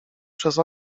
przez